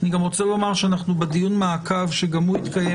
אני גם רוצה לומר שאנחנו בדיון מעקב שגם הוא התקיים